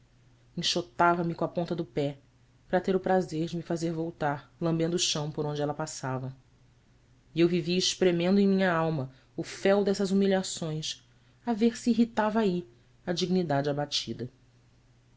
brincar enxotava me com a ponta do pé para ter o prazer de me fazer voltar lambendo o chão por onde ela passava e eu vivia espremendo em minha alma o fel dessas humilhações a ver se irritava aí a dignidade abatida